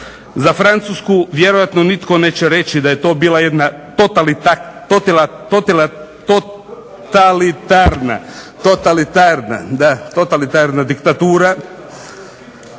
Za Francusku nitko vjerojatno neće reći da je to bila jedna totalitarna diktatura,